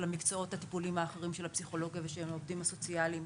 המקצועות הטיפוליים האחרים של הפסיכולוגיה ושל העובדים הסוציאליים.